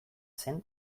zen